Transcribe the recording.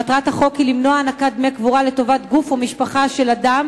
מטרת החוק היא למנוע הענקת דמי קבורה לטובת גוף או משפחה של אדם